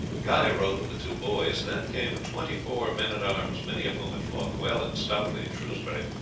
guy rode with the two boys then came twenty-four men-at-arms, many of whom had fought well and stoutly at shrewsbury